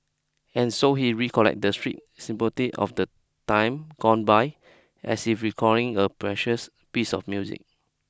and so he recollect the street symphony of the time gone by as if recalling a precious piece of music